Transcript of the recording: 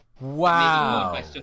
wow